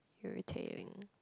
irritating